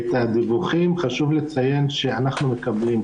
את הדיווחים, חשוב לציין שאנחנו מקבלים.